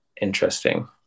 interesting